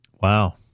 Wow